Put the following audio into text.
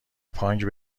پانگ